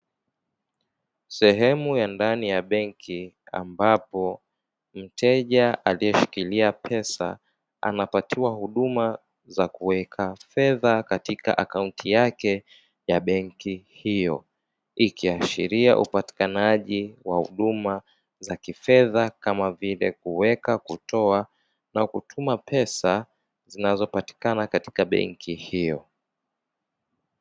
Sehemu ya ndani ya benki ambapo mteja aliyefikiria pesa anapatiwa huduma ya kuweka fedha katika akaunti yake ya benki hiyo. Ikiashiria upatikanaji wa huduma za kifedha kama vile: kuweka, kutoa na kutuma pesa zinazopatikana katika benki hiyo.